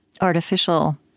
artificial